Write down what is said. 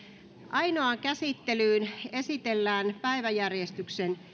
ainoaan käsittelyyn esitellään päiväjärjestyksen